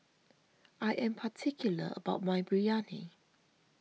I am particular about my Biryani